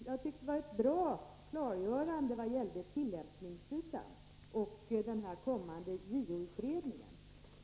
Jag tyckte det var ett bra klargörande när det gällde tillämpningen och den kommande JO-utredningen.